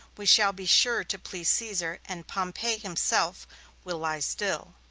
we shall be sure to please caesar and pompey himself will lie still.